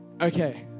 Okay